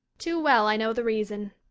too well i know the reason.